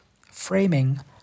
framing